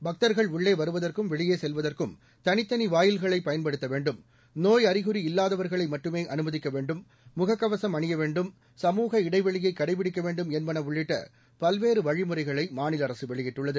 பக்தர்கள் உள்ளே வருவதற்கும் வெளியே செல்வதற்கும் தனித்தனி வாயில்களை பயன்படுத்த வேண்டும் நோய் அறிகுறி இல்லாதவர்களை மட்டுமே அனுமதிக்க வேண்டும் முக கவசும் அணிய வேண்டும் சமூக இடைவெளியை கடைபிடிக்க வேண்டும் என்பது உள்ளிட்ட பல்வேறு வழிமுறைகளை மாநில அரசு வெளியிட்டுள்ளது